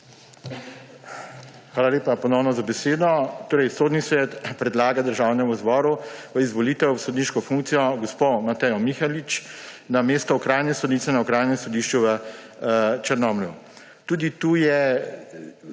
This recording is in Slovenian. Hvala lepa ponovno za besedo. Sodni svet predlaga Državnemu zboru v izvolitev v sodniško funkcijo gospo Matejo Mihalič na mesto okrajne sodnice na Okrajnem sodišču v Črnomlju. Tudi tukaj